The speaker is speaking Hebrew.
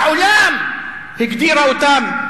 העולם הגדיר אותן,